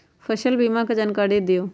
फसल बीमा के जानकारी दिअऊ?